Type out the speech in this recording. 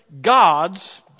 gods